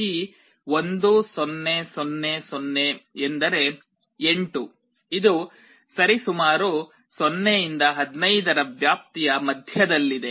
ಈ 1 0 0 0 ಎಂದರೆ 8 ಇದು ಸರಿಸುಮಾರು 0 ರಿಂದ 15 ರ ವ್ಯಾಪ್ತಿಯ ಮಧ್ಯದಲ್ಲಿದೆ